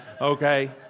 okay